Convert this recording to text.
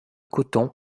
coton